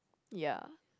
ya